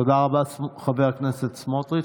תודה רבה, חבר הכנסת סמוטריץ'.